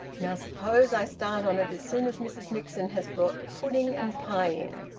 now suppose i start on it as soon as mrs nixon has brought the pudding and pie in?